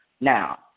now